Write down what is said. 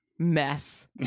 mess